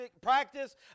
practice